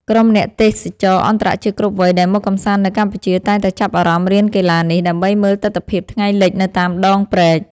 ក្រុមអ្នកទេសចរអន្តរជាតិគ្រប់វ័យដែលមកកម្សាន្តនៅកម្ពុជា តែងតែចាប់អារម្មណ៍រៀនកីឡានេះ ដើម្បីមើលទិដ្ឋភាពថ្ងៃលិចនៅតាមដងព្រែក។